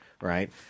right